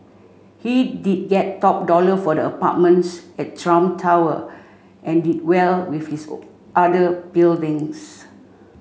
he did get top dollar for the apartments at Trump Tower and did well with his other buildings